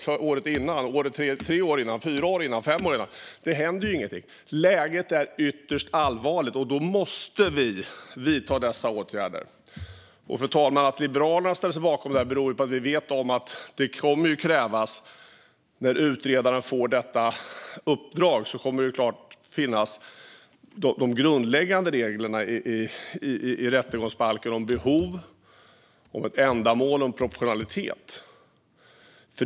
Han har också sagt att det skulle ske året dessförinnan och för tre, fyra och fem år sedan. Men det händer ju ingenting. Läget är ytterst allvarligt. Då måste vi vidta dessa åtgärder. Preventiva tvångs-medel för att förhindra allvarlig brottslighet Fru talman! Att Liberalerna ställer sig bakom det här beror på att vi vet att de grundläggande reglerna i rättegångsbalken om behov, ändamål och proportionalitet kommer att finnas när utredaren får detta uppdrag.